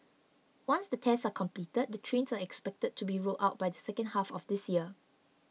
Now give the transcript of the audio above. once the tests are completed the trains are expected to be rolled out by the second half of this year